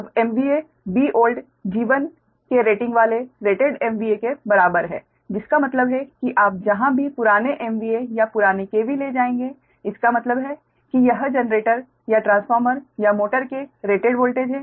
अब Bold G1 के rating वाले रेटेड MVA के बराबर है जिसका मतलब है कि आप जहां भी पुराने MVA या पुराने KV ले जाएंगे इसका मतलब है कि यह जनरेटर या ट्रांसफार्मर या मोटर के रेटेड वोल्टेज है